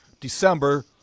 December